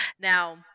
Now